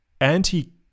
anti